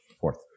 fourth